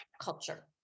Culture